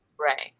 Right